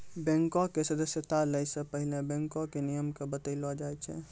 बैंको के सदस्यता लै से पहिले बैंको के नियमो के बतैलो जाय छै